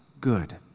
good